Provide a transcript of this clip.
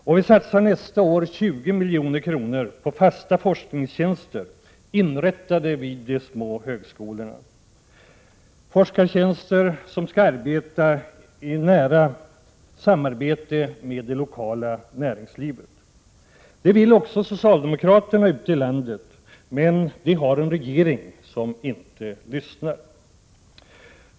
För nästa år satsar vi 20 milj.kr. på fasta forskningstjänster inrättade vid de små högskolorna. Dessa forskare skall verka i nära samarbete med det lokala näringslivet. Socialdemokraterna ute i landet vill också satsa på detta, men de har en regering som inte lyssnar.